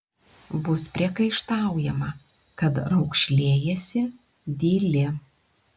bus priekaištaujama kad raukšlėjiesi dyli